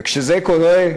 וכשזה קורה,